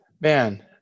Man